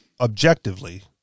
objectively